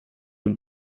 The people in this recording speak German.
den